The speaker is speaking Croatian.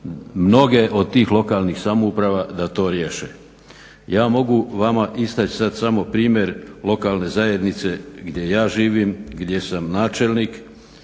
noge od tih lokalnih samouprava da to riješe. Ja mogu vama istaći sad samo primjer lokalne zajednice gdje ja živim, gdje sam načelnik